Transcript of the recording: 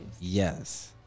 Yes